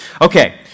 Okay